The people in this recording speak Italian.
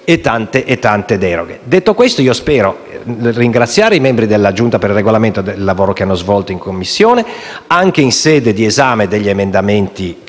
regole e tante deroghe. Detto questo, nel ringraziare i membri della Giunta per il Regolamento per il lavoro che hanno svolto in Commissione, anche in sede di esame degli emendamenti